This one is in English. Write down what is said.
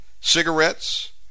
Cigarettes